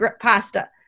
pasta